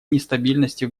нестабильности